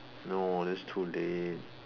no that's too late